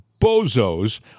bozos